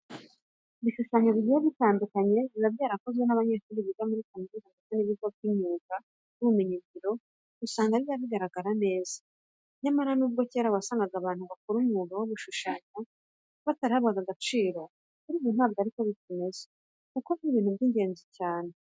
Ibishushanyo bigiye bitandukanye biba byarakozwe n'abanyeshuri biga muri kaminuza ndetse n'ibigo by'imyuga n'ubumenyingiro usanga biba bigaragara neza. Nyamara nubwo kera wasangaga abantu bakora umwuga wo gushushanya batarahabwaga agaciro, kuri ubu ntabwo ari ko bimeze kuko ni abantu b'ingenzi cyane.